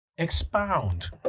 Expound